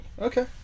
okay